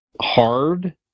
hard